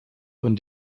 von